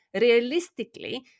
realistically